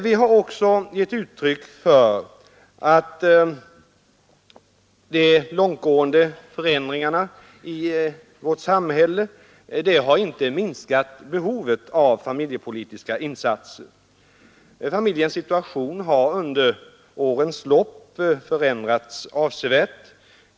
Vi har också gett uttryck för att de långtgående förändringarna i vårt samhälle inte har minskat behovet av familjepolitiska insatser. Familjens situation har under årens lopp förändrats avsevärt.